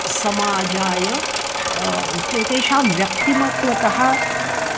समाजाय तेषां व्यक्तिमत्वतः